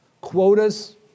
quotas